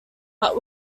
but